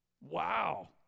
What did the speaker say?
Wow